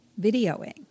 Videoing